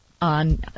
on